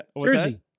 Jersey